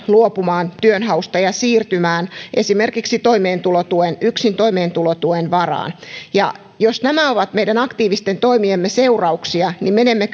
luopumaan työnhausta ja siirtymään esimerkiksi yksin toimeentulotuen varaan ja jos nämä ovat meidän aktiivisten toimiemme seurauksia niin menemme